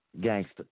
Gangster